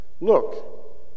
Look